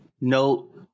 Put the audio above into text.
Note